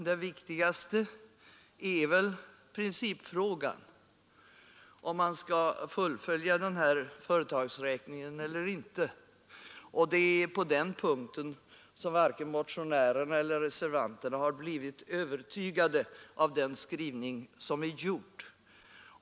Det viktigaste är väl principfrågan om man skall fullfölja företagsräkningen eller inte, och på denna punkt har inte reservanterna blivit övertygade av den gjorda skrivningen.